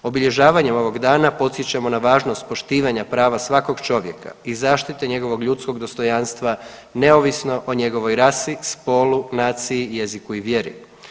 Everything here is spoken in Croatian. Obilježavanjem ovog dana podsjećamo na važnost poštivanja prava svakog čovjeka i zaštite njegovog ljudskog dostojanstva neovisno o njegovoj rasi, spolu, naciji, jeziku i vjeri.